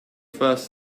first